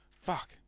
Fuck